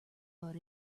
but